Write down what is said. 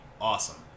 awesome